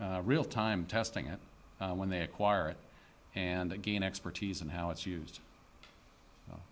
real time testing it when they acquire it and again expertise and how it's used o